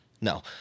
No